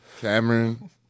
Cameron